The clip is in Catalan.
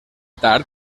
tard